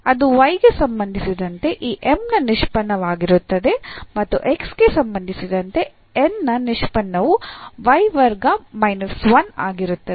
ಅದು y ಗೆ ಸಂಬಂಧಿಸಿದಂತೆ ಈ M ನ ನಿಷ್ಪನ್ನವಾಗಿರುತ್ತದೆ ಮತ್ತು x ಗೆ ಸಂಬಂಧಿಸಿದಂತೆ N ನ ನಿಷ್ಪನ್ನವು y ವರ್ಗ ಮೈನಸ್ 1 ಆಗಿರುತ್ತದೆ